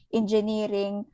engineering